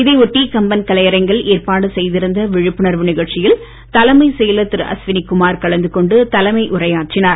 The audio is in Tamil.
இதையொட்டி கம்பன்கலையரங்கில் ஏற்பாடு செய்திருந்த விழிப்புணர்வு நிகழ்ச்சியில் தலைமை செயலர் திரு அஸ்வினி குமார் கலந்துகொண்டு தலைமை உரையாற்றினார்